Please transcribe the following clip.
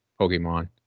Pokemon